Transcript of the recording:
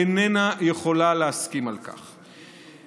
אינה יכולה להסכים על כך.